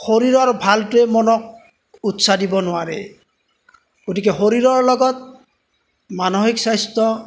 শৰীৰৰ ভালটোৱে মনক উৎসাহ দিব নোৱাৰে গতিকে শৰীৰৰ লগত মানসিক স্বাস্থ্য